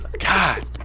God